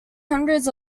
hundreds